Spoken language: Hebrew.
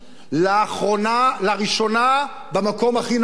לראשונה במקום הכי נמוך,